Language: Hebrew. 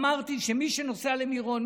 אמרתי שמי שנוסע למירון,